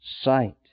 sight